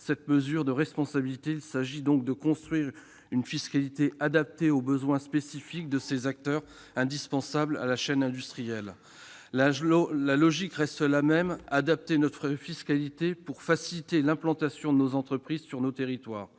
cette mesure de responsabilité. Il s'agit de construire une fiscalité adaptée aux besoins spécifiques de ces acteurs indispensables à la chaîne de production industrielle. La logique reste la même : adapter notre fiscalité pour faciliter l'implantation de nos entreprises sur nos territoires.